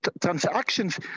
transactions